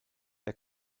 der